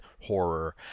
horror